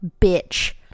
bitch